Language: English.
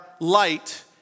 light